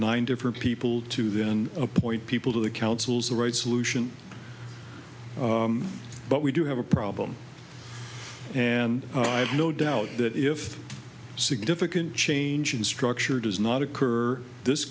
nine different people to then appoint people to the councils the right solution but we do have a problem and i have no doubt that if significant change in structure does not occur this